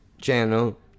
channel